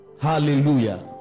hallelujah